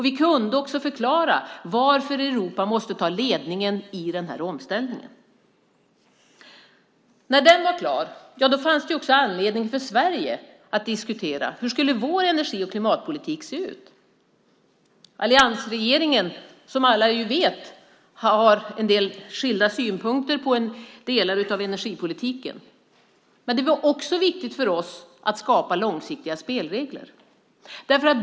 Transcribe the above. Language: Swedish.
Vi kunde också förklara varför Europa måste ta ledningen i den här omställningen. När denna var klar fanns det också anledning för Sverige att diskutera. Hur skulle vår energi och klimatpolitik se ut? Alliansregeringen har, som alla vet, en del skilda synpunkter när det gäller delar av energipolitiken. Men det var också viktigt för oss att skapa långsiktiga spelregler.